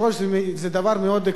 זה דבר מאוד עקרוני.